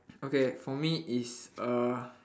okay for me it's uh